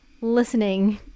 listening